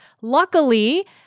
Luckily